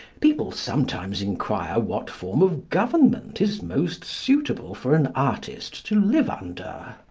people sometimes inquire what form of government is most suitable for an artist to live under.